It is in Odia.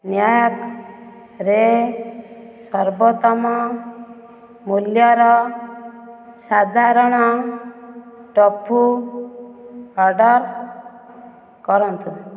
ନ୍ୟାକ୍ରେ ସର୍ବୋତ୍ତମ ମୂଲ୍ୟର ସାଧାରଣ ଟୋଫୁ ଅର୍ଡ଼ର କରନ୍ତୁ